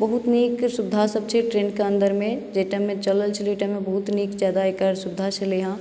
बहुत नीक सुविधा सब छै ट्रेनके अन्दरमे जइ टाइममे चलल छलै ओइ टाइममे बहुत नीक जादा एकर सुविधा छलै हन